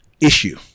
issue